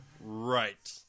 right